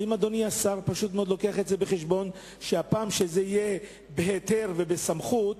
האם אדוני השר מביא בחשבון שכשזה יהיה בהיתר ובסמכות